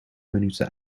minuten